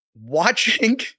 Watching